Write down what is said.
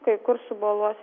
kai kur suboluos